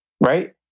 Right